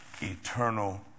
eternal